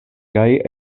kaj